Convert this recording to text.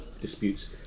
disputes